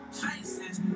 faces